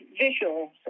visuals